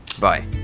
bye